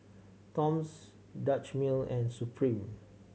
Toms Dutch Mill and Supreme